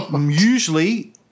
Usually